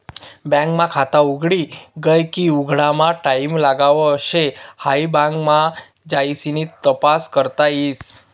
bank मा खात उघडी गये की उघडामा टाईम लागाव शे हाई बँक मा जाइसन तपास करता येस